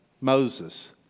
Moses